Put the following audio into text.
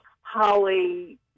holly